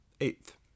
eighth